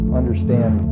understand